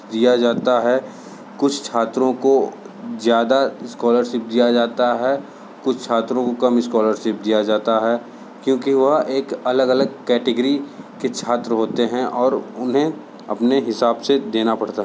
दिया जाता है कुछ छात्रों को ज़्यादा स्कॉलरशिप दिया जाता है कुछ छात्रों को कम स्कॉलरशिप दिया जाता है क्योंकि वह एक अलग अलग कैटेगरी के छात्र होते हैं और उन्हें अपने हिसाब से देना पड़ता